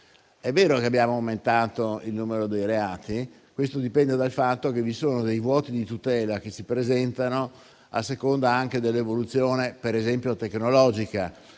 È vero che abbiamo aumentato il numero dei reati, ma questo dipende dal fatto che vi sono dei vuoti di tutela che si presentano anche, per esempio, a causa dell'evoluzione tecnologica.